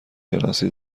شناسی